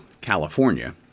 California